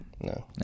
No